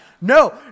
No